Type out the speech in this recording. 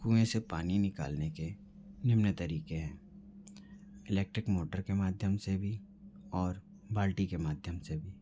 कुएँ से पानी निकालने के निम्न तरीके हैं इलेक्ट्रिक मोटर के माध्यम से भी और बाल्टी के माध्यम से भी